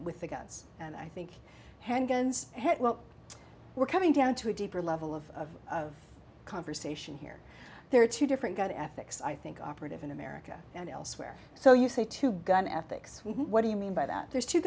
with the guns and i think handguns well we're coming down to a deeper level of of conversation here there are two different god ethics i think operative in america and elsewhere so you say to gun ethics what do you mean by that there's two